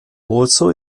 also